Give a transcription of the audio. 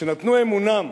שנתנו אמונם,